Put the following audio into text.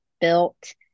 built